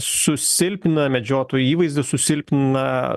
susilpnina medžiotojų įvaizdis susilpnina